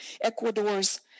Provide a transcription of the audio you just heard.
Ecuador's